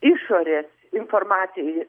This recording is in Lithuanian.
išorės informacijai